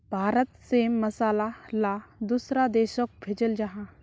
भारत से मसाला ला दुसरा देशोक भेजल जहा